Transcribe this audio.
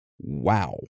wow